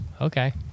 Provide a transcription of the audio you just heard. okay